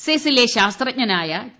സെസ്സിലെ ശാസ്ത്രജ്ഞനായ ടി